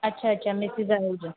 अच्छा अच्छा मिसिज़ आहूजा